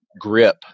grip